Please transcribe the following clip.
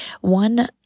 one